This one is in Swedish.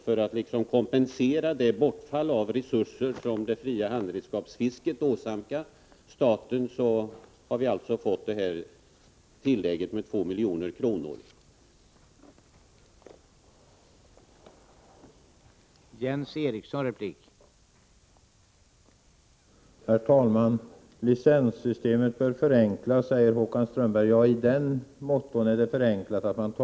För att kompensera det bortfall av resurser som det fria handredskapsfisket åsamkar staten har detta anslag på 2 milj.kr. införts.